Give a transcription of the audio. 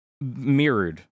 mirrored